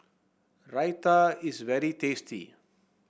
raita is very tasty